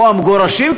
או המגורשים,